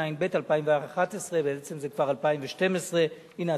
התשע"ב 2011. בעצם זה כבר 2012. הנה,